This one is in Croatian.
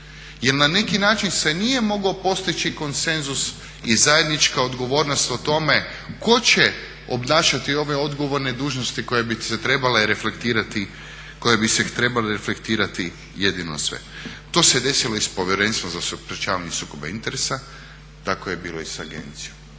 jer na neki način se nije mogao postići konsenzus i zajednička odgovornost o tome tko će obnašati ove odgovorne dužnosti koje bi se trebale reflektirati jedino sve. To se desilo i s Povjerenstvom za sprječavanje sukoba interesa, tako je bilo i sa agencijom.